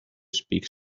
speak